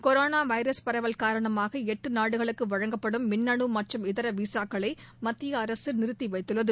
corona virus பரவல் காரணமாக எட்டு நாடுகளுக்கு வழங்கப்படும் மின்னணு மற்றும் இதர விசாக்களை மத்திய அரசு நிறுத்தி வைத்துள்ளது